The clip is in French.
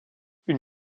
une